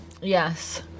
Yes